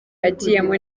agiyemo